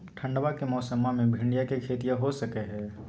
ठंडबा के मौसमा मे भिंडया के खेतीया हो सकये है?